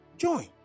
Join